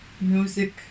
music